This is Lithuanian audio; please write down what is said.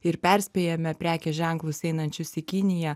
ir perspėjame prekės ženklus einančius į kiniją